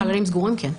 בחללים סגורים כן.